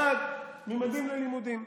1. ממדים ללימודים.